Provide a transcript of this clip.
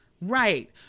Right